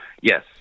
Yes